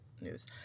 news